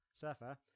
surfer